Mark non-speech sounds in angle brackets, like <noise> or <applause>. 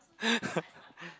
<laughs>